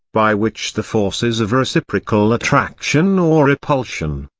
by which the forces of reciprocal attraction or repulsion,